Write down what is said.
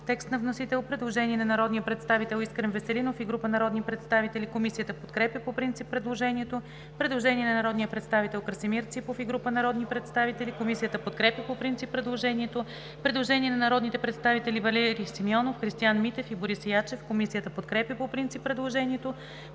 текст на вносител. Има предложение на народния представител Искрен Веселинов и група народни представители: Комисията подкрепя по принцип предложението. Предложение на народния представител Красимир Ципов и група народни представители. Комисията подкрепя по принцип предложението. Предложение на народните представители Валери Симеонов, Христиан Митев и Борис Ячев. Комисията подкрепя по принцип предложението.